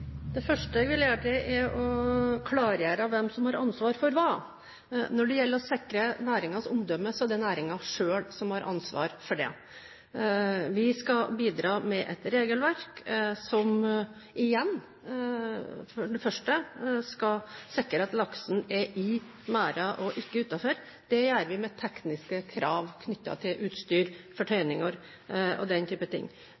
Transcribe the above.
Det første jeg vil gjøre, er å klargjøre hvem som har ansvar for hva. Når det gjelder å sikre næringens omdømme, er det næringen selv som har ansvar for det. Vi skal bidra med et regelverk som først og fremst skal sikre at laksen er i merden og ikke utenfor. Det gjør vi med tekniske krav knyttet til utstyr, fortøyninger og den type ting.